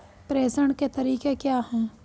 प्रेषण के तरीके क्या हैं?